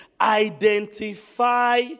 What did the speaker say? Identify